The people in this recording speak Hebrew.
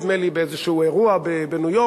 נדמה לי שבאיזה אירוע בניו-יורק,